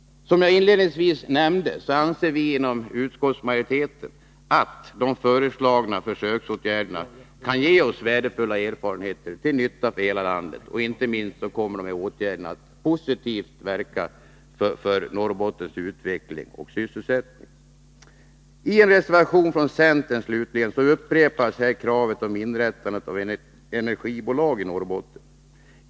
Som jag inledningsvis nämnde anser vi inom utskottsmajoriteten att de föreslagna försöksåtgärderna kan ge oss värdefulla erfarenheter till nytta för hela landet, och inte minst kommer åtgärderna att verka positivt för Norrbottens utveckling och sysselsättning. I en reservation från centern upprepas kravet om inrättande av ett energibolag i Norrbotten.